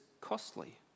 costly